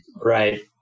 Right